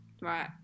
Right